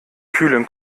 kühlen